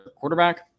quarterback